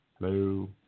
Hello